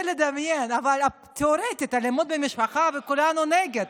לדמיין, אבל תיאורטית, אלימות במשפחה, כולנו נגד,